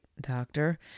doctor